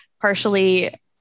partially